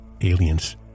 aliens